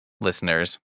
listeners